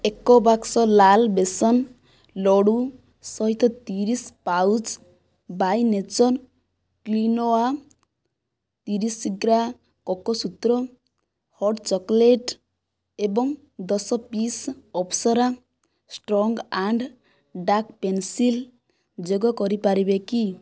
ଏକ ବାକ୍ସ ଲାଲ ବେସନ ଲଡ଼ୁ ସହିତ ତିରିଶ ପାଉଚ୍ ବାଇ ନେଚନ୍ କ୍ୱିନୋଆ ତିରିଶ ଗ୍ରା କୋକୋସୂତ୍ର ହଟ୍ ଚକୋଲେଟ୍ ଏବଂ ଦଶ piece Apsara strong and dark pencil ଯୋଗ କରିପାରିବେ କି